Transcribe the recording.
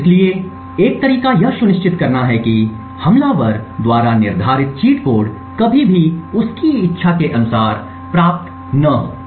इसलिए एक तरीका यह सुनिश्चित करना है कि हमलावर द्वारा निर्धारित चीट कोड कभी भी उसकी इच्छा के अनुसार प्राप्त नहीं किया जाता है